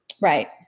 right